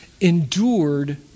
endured